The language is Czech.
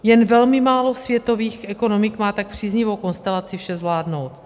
Jen velmi málo světových ekonomik má tak příznivou konstelaci vše zvládnout.